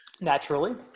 Naturally